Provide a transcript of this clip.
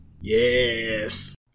Yes